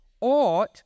ought